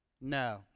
No